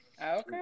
Okay